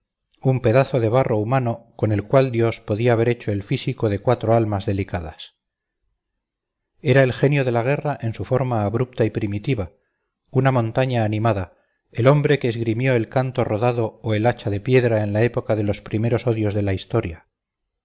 un pedazo de barro humano con el cual dios podía haber hecho el físico de cuatro almas delicadas era el genio de la guerra en su forma abrupta y primitiva una montaña animada el hombre que esgrimió el canto rodado o el hacha de piedra en la época de los primeros odios de la historia